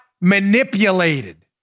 manipulated